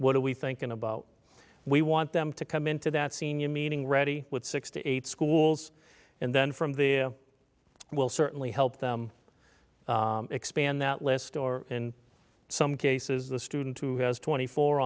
what are we thinking about we want them to come into that senior meeting ready with six to eight schools and then from there will certainly help them expand that list or in some cases the student who has twenty four